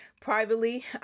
privately